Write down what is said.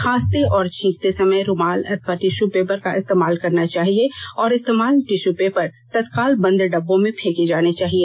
खांसते और छींकते समय रूमाल अथवा टिश्यू पेपर का इस्तेमाल करना चाहिए और इस्तेमाल टिश्यू पेपर तत्काल बंद डिब्बों में फेंके जाने चाहिए